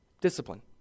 Discipline